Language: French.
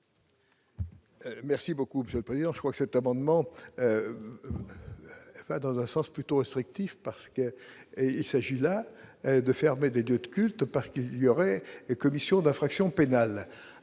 Merci beaucoup monsieur le président, je crois que cet amendement va dans un sens plutôt restrictif parce que, et il s'agit là de fermer des 2 culte parce qu'il y aurait et commission d'infraction pénale,